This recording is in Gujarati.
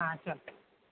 હા ચાલો